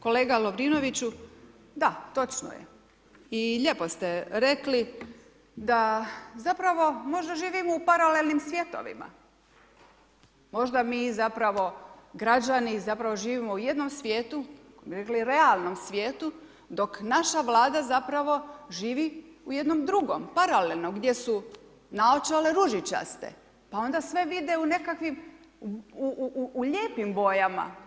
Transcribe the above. Kolega Lovrinoviću, da, točno je i lijepo ste rekli da zapravo možda živimo u paralelnim svjetovima, možda mi zapravo građani zapravo živimo u jednom svijetu, kako bi rekli realnom svijetu dok naša Vlada zapravo živi u jednom drugom, paralelnom gdje su naočale ružičaste pa onda sve vide u nekakvim, u lijepim bojama.